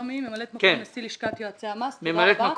ממלאת מקום נשיא לשכת יועצי המס.